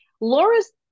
Laura's